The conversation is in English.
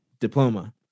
diploma